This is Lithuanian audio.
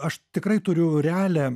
aš tikrai turiu realią